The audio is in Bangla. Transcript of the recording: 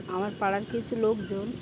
আমার পাড়ার কিছু লোকজন